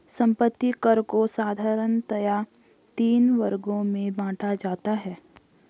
संपत्ति कर को साधारणतया तीन वर्गों में बांटा जाता है